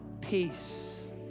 peace